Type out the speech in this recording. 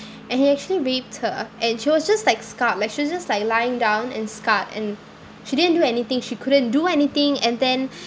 and he actually raped her and she was just like scarred like she was just like lying down and scarred and she didn't do anything she couldn't do anything and then